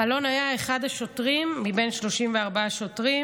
אלון היה אחד השוטרים מבין 34 שוטרים